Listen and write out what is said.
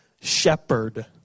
shepherd